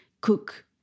cook